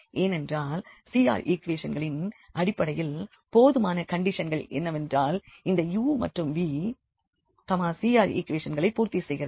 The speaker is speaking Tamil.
ஏனென்றால் CR ஈக்குவேஷன்களின் அடிப்படையில் போதுமான கண்டிஷன்கள் என்னவென்றால் இந்த u மற்றும் v CR ஈக்குவேஷன்களை பூர்த்தி செய்கிறது